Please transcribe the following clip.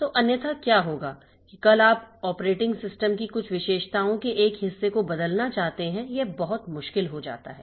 तो अन्यथा क्या होगा कि कल आप ऑपरेटिंग सिस्टम की कुछ विशेषताओं के एक हिस्से को बदलना चाहते हैं यह बहुत मुश्किल हो जाता है